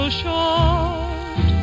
short